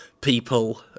people